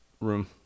room